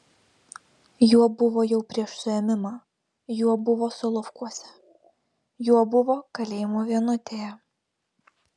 juo buvo jau prieš suėmimą juo buvo solovkuose juo buvo kalėjimo vienutėje